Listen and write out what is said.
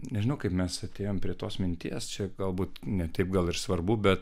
nežinau kaip mes atėjom prie tos minties čia galbūt ne taip gal ir svarbu bet